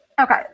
Okay